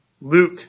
Luke